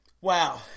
Wow